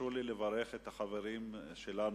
תרשו לי לברך את החברים שלנו,